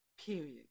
period